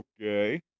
Okay